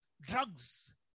Drugs